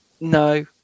No